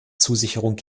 zusicherung